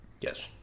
Yes